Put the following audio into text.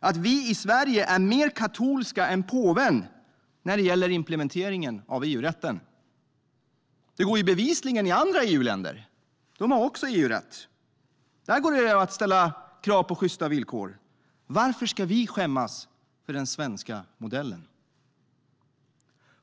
att vi i Sverige är mer katolska än påven när det gäller implementeringen av EU-rätten. Det går bevisligen i andra EU-länder, som också har EU-rätt. Där går det att ställa krav på sjysta villkor. Varför ska vi skämmas för den svenska modellen?